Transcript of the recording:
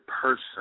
person